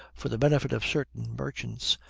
for the benefit of certain merchants,